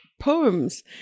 poems